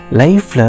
life